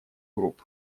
групп